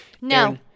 No